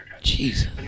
Jesus